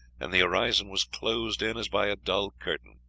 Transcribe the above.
and the horizon was closed in as by a dull curtain.